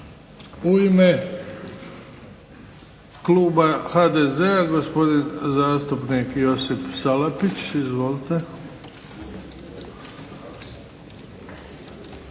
U ime kluba HDZ-a gospodin zastupnik Josip Salapić. Izvolite.